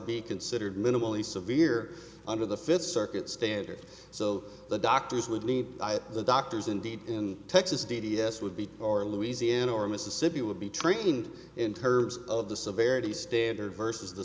be considered minimally severe under the fifth circuit standard so the doctors would need the doctors indeed in texas d d s would be or louisiana or mississippi would be trained in terms of the severity standard versus the